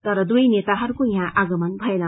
तर दुवै नेताहरूको यहाँ आगमान भएन